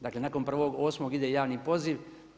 Dakle, nakon 1.8. ide javni poziv.